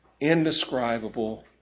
indescribable